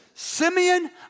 Simeon